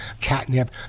catnip